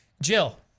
Jill